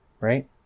right